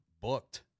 booked